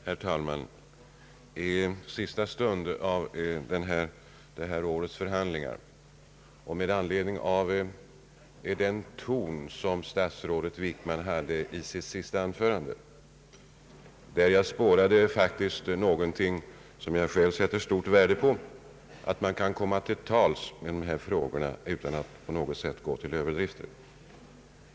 Herr talman! I det sista skedet av årets förhandlingar kan man spåra något som jag personligen sätter stort värde på, nämligen att det är möjligt att tala i dessa frågor utan att gå till överdrifter; statsrådet Wickmans ton i hans senaste anförande gav uttryck för detta.